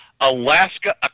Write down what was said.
Alaska